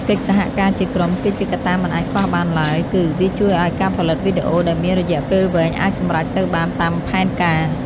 កិច្ចសហការជាក្រុមគឺជាកត្តាមិនអាចខ្វះបានឡើយ គឺ វាជួយឱ្យការផលិតវីដេអូដែលមានរយៈពេលវែងអាចសម្រេចទៅបានតាមផែនការ។